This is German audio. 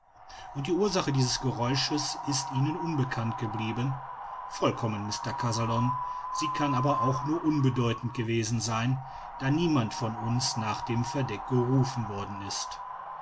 und die ursache dieses geräusches ist ihnen unbekannt geblieben vollkommen mr kazallon sie kann aber nur unbedeutend gewesen sein da niemand von uns nach dem verdeck gerufen worden ist